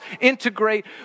integrate